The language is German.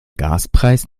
gaspreis